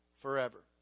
forever